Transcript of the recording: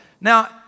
Now